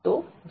तो gx1x